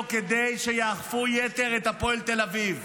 כדי שיאכפו אכיפת יתר את הפועל תל אביב,